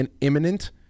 imminent